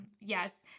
Yes